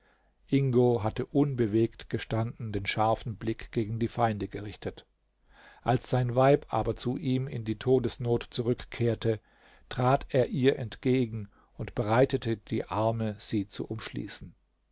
ingo hatte unbewegt gestanden den scharfen blick gegen die feinde gerichtet als sein weib aber zu ihm in die todesnot zurückkehrte trat er ihr entgegen und breitete die arme sie zu umschließen